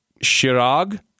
Shirag